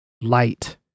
light